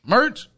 Merch